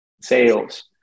sales